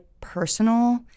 personal